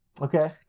okay